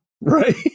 Right